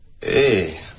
Hey